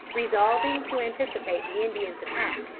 resolving to anticipate the indians' attack,